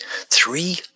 Three